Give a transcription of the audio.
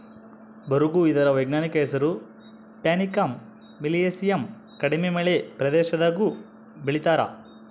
ಬರುಗು ಇದರ ವೈಜ್ಞಾನಿಕ ಹೆಸರು ಪ್ಯಾನಿಕಮ್ ಮಿಲಿಯೇಸಿಯಮ್ ಕಡಿಮೆ ಮಳೆ ಪ್ರದೇಶದಾಗೂ ಬೆಳೀತಾರ